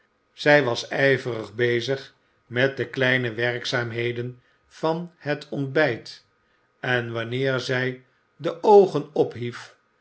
zij was ijverig bezig met de kleine werkzaamheden van het ontbijt en wanneer zij de oogen ophief